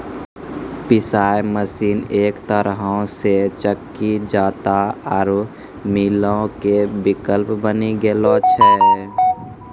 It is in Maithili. पिशाय मशीन एक तरहो से चक्की जांता आरु मीलो के विकल्प बनी गेलो छै